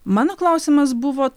mano klausimas buvo